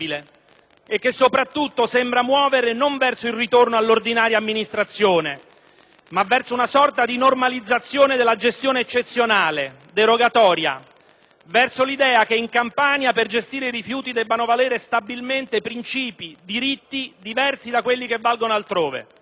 e che soprattutto sembra muovere non verso il ritorno all'ordinaria amministrazione, ma verso una sorta di normalizzazione della gestione eccezionale, derogatoria, verso l'idea che in Campania per gestire i rifiuti debbano valere stabilmente principi, diritti diversi da quelli che valgono altrove.